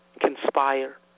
conspire